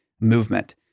movement